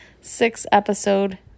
six-episode